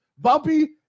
Bumpy